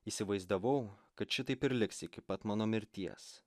įsivaizdavau kad šitaip ir liks iki pat mano mirties